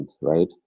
right